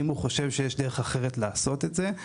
אם הוא חושב שיש דרך אחרת לעשות את זה.